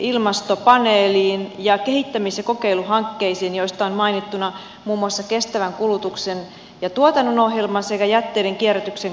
ilmastopaneeliin ja kehittämis ja kokeiluhankkeisiin joista on mainittu muun muassa kestävän kulutuksen ja tuotannon ohjelma sekä jätteiden kierrätyksen kokeiluhankkeet